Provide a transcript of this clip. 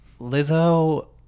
Lizzo